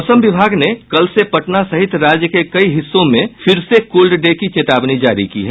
मौसम विभाग ने कल से पटना सहित राज्य के कई हिस्सों में फिर से कोल्ड डे की चेतावनी जारी की है